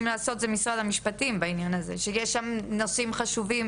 לעשות זה משרד המשפטים בעניין הזה ויש שם נושאים חשובים